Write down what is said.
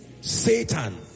satan